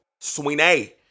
Sweeney